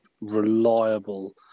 reliable